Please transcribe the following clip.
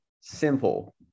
simple